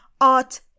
art